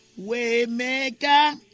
Waymaker